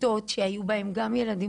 כיתות שהיו בהם גם תלמידים